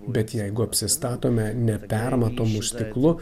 bet jeigu apsistatome nepermatomu stiklu